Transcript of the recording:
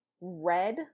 red